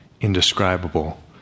indescribable